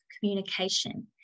communication